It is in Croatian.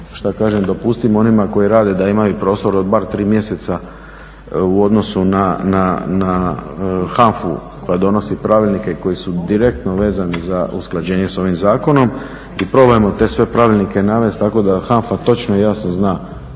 što kažem, dopustimo onima koji rade da imaju prostor od bar 3 mjeseca u odnosu na HANFA-u koja donosi pravilnike koji su direktno vezani za usklađenje s ovim zakonom i probajmo te sve pravilnike navesti tako da HANFA točni i jasno zna